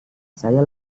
saya